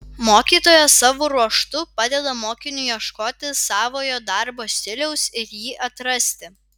mokytojas savo ruožtu padeda mokiniui ieškoti savojo darbo stiliaus ir jį atrasti